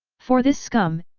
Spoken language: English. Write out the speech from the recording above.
for this scum,